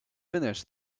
finish